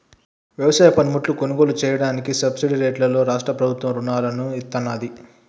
వ్యవసాయ పనిముట్లు కొనుగోలు చెయ్యడానికి సబ్సిడీ రేట్లలో రాష్ట్ర ప్రభుత్వం రుణాలను ఇత్తన్నాది